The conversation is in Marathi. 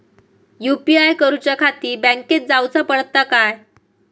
यू.पी.आय करूच्याखाती बँकेत जाऊचा पडता काय?